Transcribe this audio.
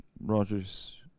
Roger's